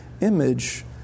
image